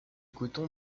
coton